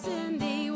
Cindy